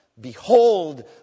Behold